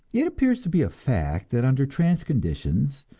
it appears to be a fact that under trance conditions,